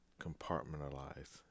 compartmentalize